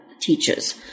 Teachers